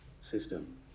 System